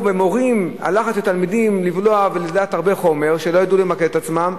היה לחץ של תלמידים ללמוד הרבה חומר והם לא ידעו למקד את עצמם,